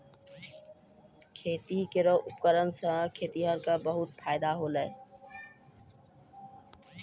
खेती केरो उपकरण सें खेतिहर क बहुत फायदा होलय